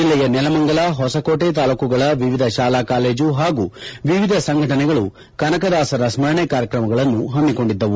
ಜಿಲ್ಲೆಯ ನೆಲಮಂಗಲ ಹೊಸಕೋಟೆ ತಾಲೂಕುಗಳ ವಿವಿಧ ಶಾಲಾ ಕಾಲೇಜು ಹಾಗೂ ವಿವಿಧ ಸಂಘಟನೆಗಳು ಕನಕದಾಸರ ಸ್ಮರಣೆ ಕಾರ್ಯಕ್ರಮಗಳನ್ನು ಹಮ್ಮಿಕೊಂಡಿದ್ದವು